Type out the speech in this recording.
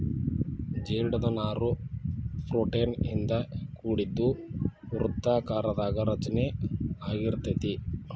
ಜೇಡದ ನಾರು ಪ್ರೋಟೇನ್ ಇಂದ ಕೋಡಿದ್ದು ವೃತ್ತಾಕಾರದಾಗ ರಚನೆ ಅಗಿರತತಿ